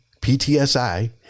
PTSI